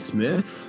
Smith